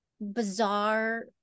bizarre